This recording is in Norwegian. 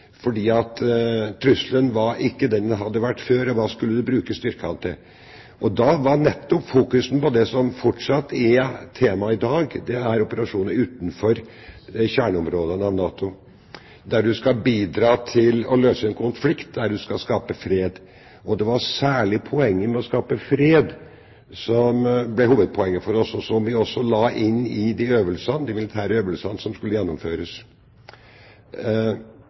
var ikke det den hadde vært før, og hva skulle man bruke styrkene til? Da ble det nettopp fokusert på det som fortsatt er tema i dag: operasjoner utenfor kjerneområdene av NATO, der du skal bidra til å løse en konflikt, der du skal skape fred. Det var særlig poenget med å skape fred som ble hovedpoenget for oss, og som vi også la inn i de militære øvelsene som skulle gjennomføres.